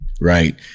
Right